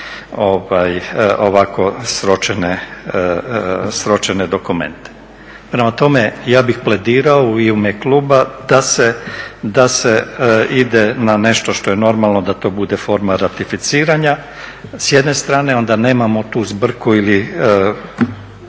ovako sročene dokumente. Prema tome, ja bih pledirao i u ime kluba da se ide na nešto što je normalno, da to bude forma ratificiranja s jedne strane onda nemamo tu zbrku sa